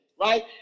Right